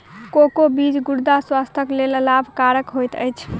cocoa बीज गुर्दा स्वास्थ्यक लेल लाभकरक होइत अछि